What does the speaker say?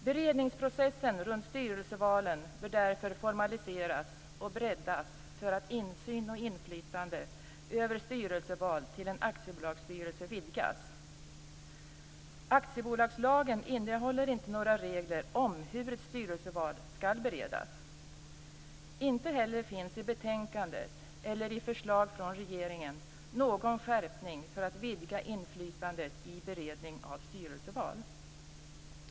Beredningsprocessen runt styrelsevalen bör därför formaliseras och breddas för att insyn och inflytande över styrelseval till en aktiebolagsstyrelse vidgas. Aktiebolagslagen innehåller inte några regler om hur ett styrelseval skall beredas. Inte heller finns i betänkandet eller i förslag från regeringen någon skärpning för att vidga inflytandet i beredning av styrelseval.